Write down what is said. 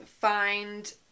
find